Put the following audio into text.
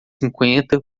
cinquenta